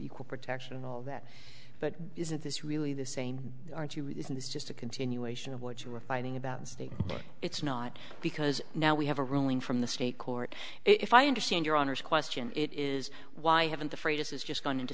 equal protection and all that but isn't this really the same aren't you isn't this just a continuation of what you were fighting about it's not because now we have a ruling from the state court if i understand your honor's question it is why haven't the phrases just gone into